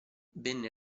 venne